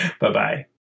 Bye-bye